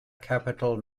capital